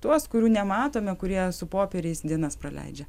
tuos kurių nematome kurie su popieriais dienas praleidžia